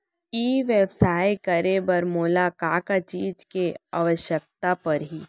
ई व्यवसाय करे बर मोला का का चीज के आवश्यकता परही?